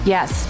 Yes